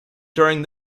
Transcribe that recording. during